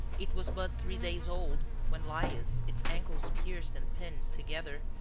it was but three days old, when laius, its ankles pierced and pinned together,